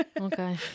Okay